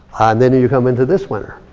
and then you you come into this winter.